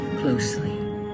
closely